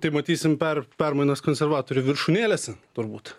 tai matysim per permainas konservatorių viršūnėlėse turbūt